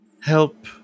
help